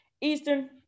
Eastern